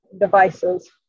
devices